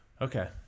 Okay